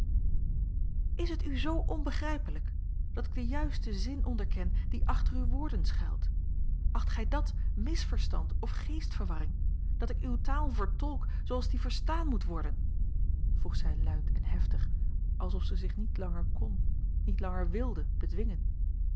is het u zoo onbegrijpelijk dat ik den juisten zin onderken die achter uwe woorden schuilt acht gij dat misverstand of geestverwarring dat ik uwe taal vertolk zooals die verstaan moet worden vroeg zij luid en heftig alsof zij zich niet langer kon niet langer wilde bedwingen